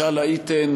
משל הייתן